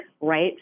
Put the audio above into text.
right